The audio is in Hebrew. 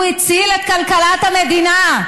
הוא הציל את כלכלת המדינה.